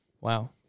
Wow